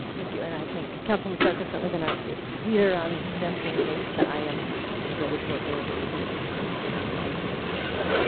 thank you. and i think, councilwoman stark has certainly been our leader on pedestrian safety but i am committed to working with you to make this a safer city as well.